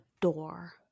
door